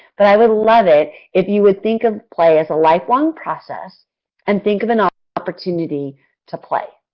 but i would love it if you would think of play as a lifelong process and think of an ah opportunity to play.